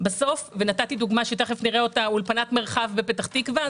בסוף ונתתי דוגמה שתיכף נראה אותה: אולפנת מרחב בפתח תקווה,